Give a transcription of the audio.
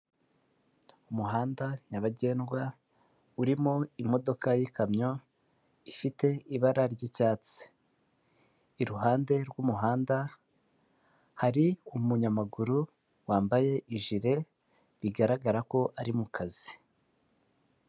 Umuhanda nyabagendwa urimo imodoka y'ikamyo ifite ibara ry'icyatsi, iruhande rw'umuhanda hari umunyamaguru wambaye ijire bigaragara ko ari mu kazi.